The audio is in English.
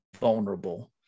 vulnerable